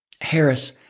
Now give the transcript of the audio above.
Harris